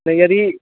तऽ यदि